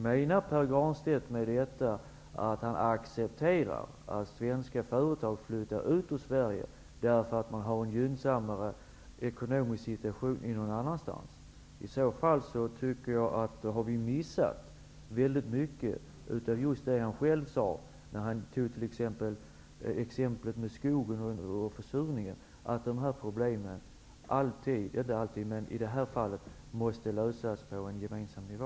Menar Pär Granstedt med detta att han accepterar att svenska företag flyttar ut ur Sverige därför att de har en gynnsammare ekonomisk situation någon annanstans? I så fall tycker jag vi har missat väldigt mycket av just det han själv talade om. Han tog exemplet med skogen och försurningen och sade att dessa problem måste lösas på en gemensam nivå.